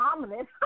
dominant